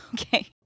Okay